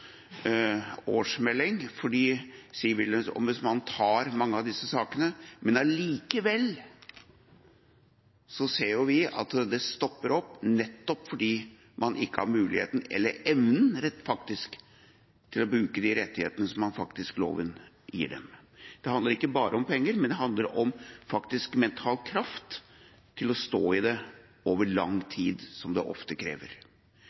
årsmelding fordi Sivilombudsmannen tar mange av disse sakene. Men allikevel ser vi at det stopper opp nettopp fordi man ikke har muligheten eller evnen, rent faktisk, til å bruke de rettighetene som loven faktisk gir dem. Det handler ikke bare om penger, men det handler om faktisk mental kraft til å stå i det over lang tid, som det ofte krever.